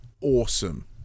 awesome